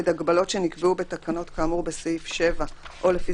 הגבלות שנקבעו בתקנות כאמור בסעיף 7 או לפי